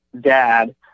dad